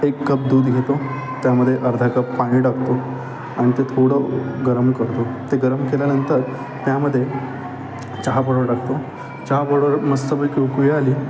एक कप दूध घेतो त्यामध्ये अर्धा कप पाणी टाकतो आणि ते थोडं गरम करतो ते गरम केल्यानंतर त्यामध्ये चहा पावडर टाकतो चहा पावडर मस्तपैकी उकळी आली